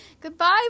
Goodbye